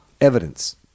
Evidence